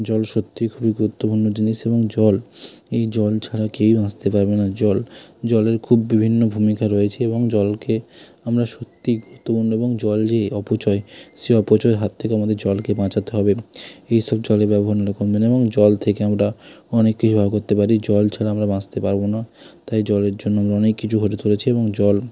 জল সত্যিই খুবই গুরুত্বপূর্ণ জিনিস এবং জল এই জল ছাড়া কেউই বাঁচতে পারবে না জল জলের খুব বিভিন্ন ভূমিকা রয়েছে এবং জলকে আমরা সত্যি গুরুত্বপূর্ণ এবং জল যে অপচয় সে অপচয়ের হাত থেকে আমাদের জলকে বাঁচাতে হবে এই সব জলে মানে এবং জল থেকে আমরা অনেক কিছু ব্যবহার করতে পারি জল ছাড়া আমরা বাঁচতে পারব না তাই জলের জন্য আমরা অনেক কিছু চলেছি এবং জল